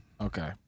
okay